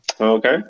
Okay